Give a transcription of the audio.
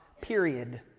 period